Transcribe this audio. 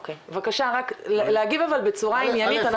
אוקי, בבקשה, רק להגיב, אבל בצורה עניינית.